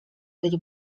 byli